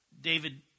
David